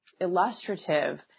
illustrative